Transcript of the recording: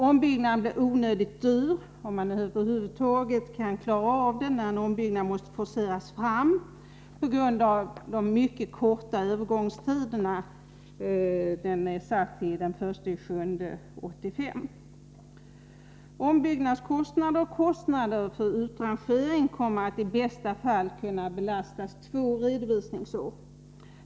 Och ombyggnaden blir onödigt dyr — om man över huvud taget kan klara av den, när den måste forceras fram på den mycket korta övergångstiden fram till den 1 juli 1985. Ombyggnadskostnader och kostnader för utrangering kommer att i bästa fall kunna belasta två redovisningsår.